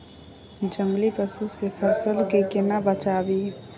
जंगली पसु से फसल के केना बचावी?